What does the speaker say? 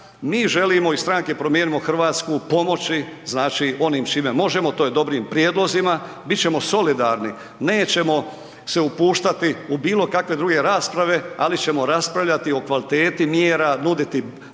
Mi želimo iz Stranke Promijenimo Hrvatsku pomoći, znači onim čime možemo, to je dobrim prijedlozima, bit ćemo solidarni, nećemo se upuštati u bilo kakve druge rasprave, ali ćemo raspravljati o kvaliteti mjera, nuditi